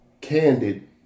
candid